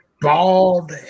bald